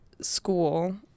school